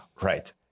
right